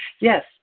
Yes